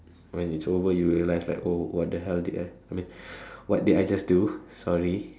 when it's over you realise like oh what the hell did I I mean what did I just do sorry